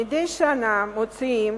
מדי שנה מוציאים